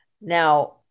Now